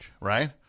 right